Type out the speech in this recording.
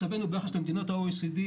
מצבנו ביחס למדינות ה-OECD,